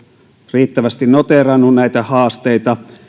riittävästi noteerannut näitä haasteita